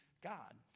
God